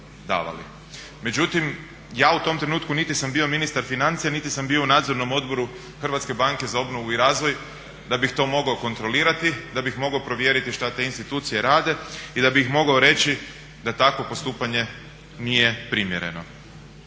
Međutim, ja u tom trenutku niti sam bio ministar financija niti sam bio u Nadzornom odboru HBOR-a da bih to mogao kontrolirati, da bih mogao provjeriti šta te institucije rade i da bih mogao reći da takvo postupanje nije primjereno.